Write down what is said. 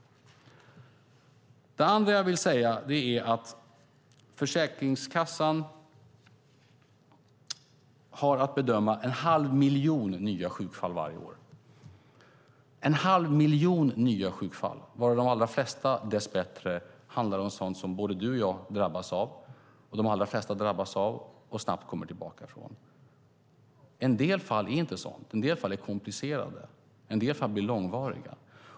Det andra jag vill säga är att Försäkringskassan har att bedöma en halv miljon nya sjukfall varje år, en halv miljon nya sjukfall, varav de allra flesta dess bättre handlar om sådant som både du och jag drabbas av och snabbt kommer tillbaka från. En del fall är inte sådana. En del fall är komplicerade. En del fall blir långvariga.